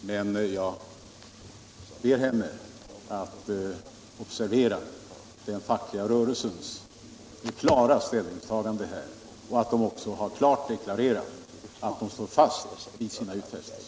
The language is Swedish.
Men jag ber henne att observera den fackliga rörelsens klara ställningstagande och att man också klart deklarerat att man står fast vid dessa.